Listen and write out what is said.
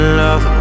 love